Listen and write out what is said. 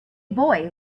boy